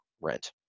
rent